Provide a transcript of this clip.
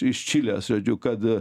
iš čilės žodžiu kad